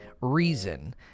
reason